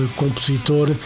compositor